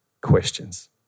questions